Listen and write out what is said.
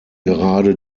gerade